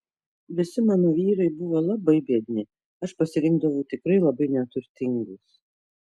visi mano vyrai buvo labai biedni aš pasirinkdavau tikrai labai neturtingus